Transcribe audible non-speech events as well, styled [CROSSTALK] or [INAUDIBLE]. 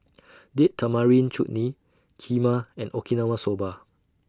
[NOISE] Date Tamarind Chutney Kheema and Okinawa Soba